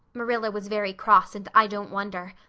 marilla was very cross and i don't wonder.